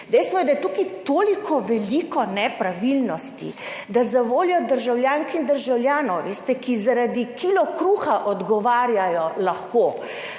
Dejstvo je, da je tukaj tako veliko nepravilnosti, da zavoljo državljank in državljanov, ki lahko odgovarjajo zaradi